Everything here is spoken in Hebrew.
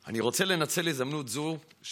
אני רוצה לנצל הזדמנות זו של